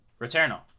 Returnal